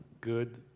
good